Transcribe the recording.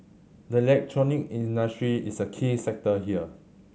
the electronics industry is a key sector here